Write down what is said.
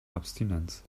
abstinenz